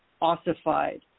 ossified